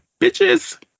bitches